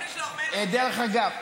דרך אגב,